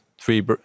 three